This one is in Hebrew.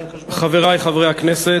חברי חברי הכנסת,